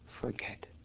forget